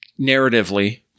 narratively